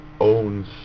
own